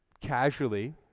casually